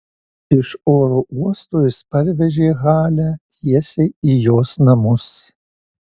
iš oro uosto jis parvežė halę tiesiai į jos namus